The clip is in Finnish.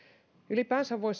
ylipäänsä voi